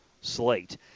slate